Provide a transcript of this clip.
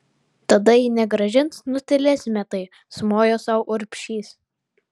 tada jei negrąžins nutylėsime tai sumojo sau urbšys